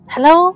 Hello